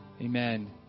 Amen